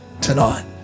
tonight